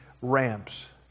ramps